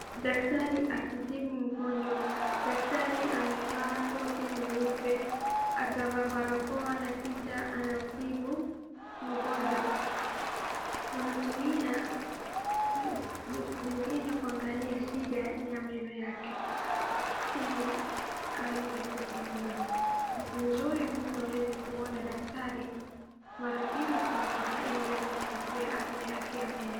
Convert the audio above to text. Daktari akitibu mgonjwa, daktari amevaa koti nyeupe akavaa barakoa na kisha anamtibu mgonjwa, wanatumia vitu zingine kuangalia shida ya meno yake ili aweze kutibiwa. Ni vizuri mtu aweze kuona daktari mara mbili kwa mwaka ili aweze kuangalia afya yake ya meno.